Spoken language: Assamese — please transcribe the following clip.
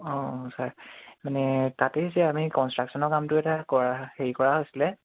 অঁ ছাৰ মানে তাতেই যে আমি কনষ্ট্ৰাকশ্যনৰ কামটো এটা কৰা হেৰি কৰা হৈছিলে